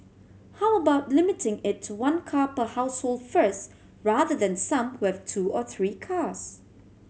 how about limiting it to one car per household first rather than some who have two or three cars